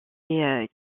est